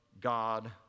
God